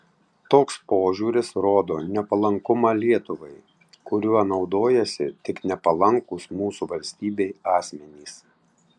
toks požiūris rodo nepalankumą lietuvai kuriuo naudojasi tik nepalankūs mūsų valstybei asmenys